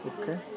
okay